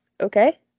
Okay